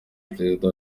perezida